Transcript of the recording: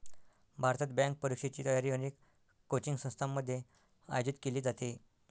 भारतात, बँक परीक्षेची तयारी अनेक कोचिंग संस्थांमध्ये आयोजित केली जाते